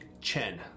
Chen